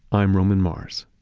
i'm roman mars